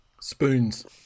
spoons